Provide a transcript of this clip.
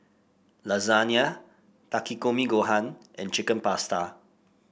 Lasagne Takikomi Gohan and Chicken Pasta